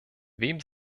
wem